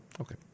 Okay